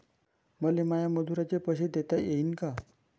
मले माया मजुराचे पैसे देता येईन का?